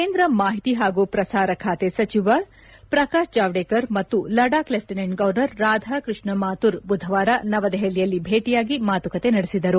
ಕೇಂದ್ರ ಮಾಹಿತಿ ಹಾಗೂ ಪ್ರಸಾರ ಖಾತೆ ಸಚಿವ ಪ್ರಕಾಶ್ ಜಾವ್ಗೇಕರ್ ಮತ್ತು ಲಡಾಖ್ ಲೆಫ್ಟಿನೆಂಟ್ ಗವರ್ನರ್ ರಾಧಾ ಕೃಷ್ಣ ಮಾಥುರ್ ಬುಧವಾರ ನವದೆಹಲಿಯಲ್ಲಿ ಭೇಟಿಯಾಗಿ ಮಾತುಕತೆ ನಡೆಸಿದರು